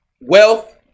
wealth